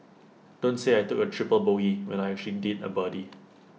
don't say I took A triple bogey when I actually did A birdie